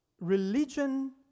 religion